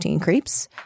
Creeps